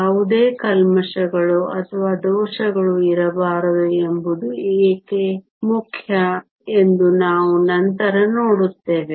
ಯಾವುದೇ ಕಲ್ಮಶಗಳು ಅಥವಾ ದೋಷಗಳು ಇರಬಾರದು ಎಂಬುದು ಏಕೆ ಮುಖ್ಯ ಎಂದು ನಾವು ನಂತರ ನೋಡುತ್ತೇವೆ